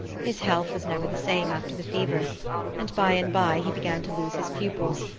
his health was never the same after the fever and by and by he began to lose his pupils,